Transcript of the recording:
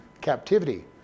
captivity